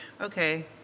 okay